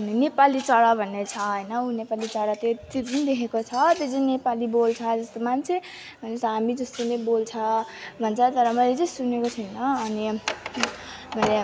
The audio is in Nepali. अनि नेपाली चरा भन्ने छ होइन नेपाली चरा चाहिँ त्यो पनि देखेको छ त्यो चाहिँ नेपाली बोल्छ जस्तो मान्छे हामी जस्तो नै बोल्छ भन्छ तर मैले चाहिँ सुनेको छैन अनि मैले